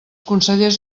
consellers